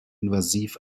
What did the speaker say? invasiv